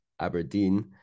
Aberdeen